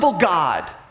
God